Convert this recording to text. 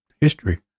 history